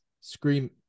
scream